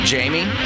Jamie